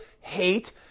hate